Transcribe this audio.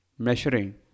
measuring